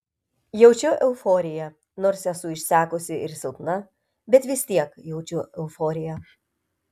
jaučiu euforiją nors esu išsekusi ir silpna bet vis tiek jaučiu euforiją